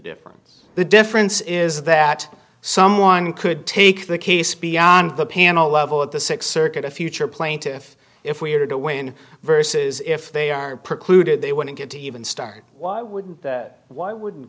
difference the difference is that someone could take the case beyond the panel level at the six circuit a future plaintiff if we're to win versus if they are in precluded they wouldn't get to even start why wouldn't that why